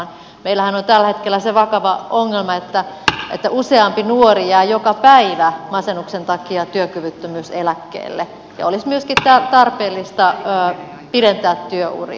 meillähän on tällä hetkellä se vakava ongelma että useampi nuori jää joka päivä masennuksen takia työkyvyttömyyseläkkeelle ja olisi myöskin tarpeellista pidentää työuria